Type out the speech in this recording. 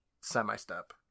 semi-step